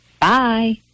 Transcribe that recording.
Bye